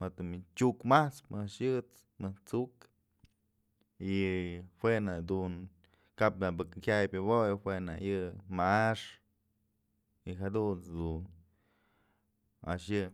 madë chuk mat's a'ax yë mëjk t'suk y jue nak dun kap mëbëk jyay poboy jue nak yë ma'ax y jadun du a'ax yë.